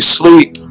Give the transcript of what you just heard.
sleep